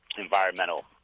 environmental